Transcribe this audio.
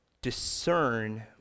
discern